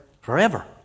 Forever